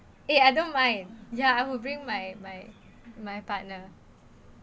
eh I don't mind ya I will bring my my my partner